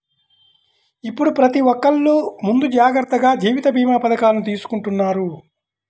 ఇప్పుడు ప్రతి ఒక్కల్లు ముందు జాగర్తగా జీవిత భీమా పథకాలను తీసుకుంటన్నారు